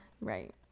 Right